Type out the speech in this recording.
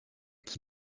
qui